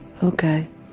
Okay